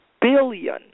billion